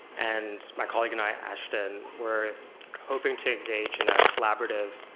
and my colleague and i, ashton, we're hoping to engage in a collaborative